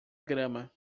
grama